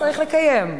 צריך לקיים.